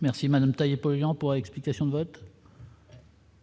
Merci madame pour explications de vote.